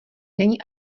není